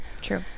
True